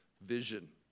vision